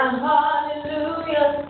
hallelujah